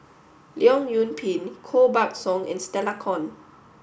Leong Yoon Pin Koh Buck Song and Stella Kon